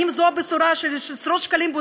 רק כמה עשרות שקלים?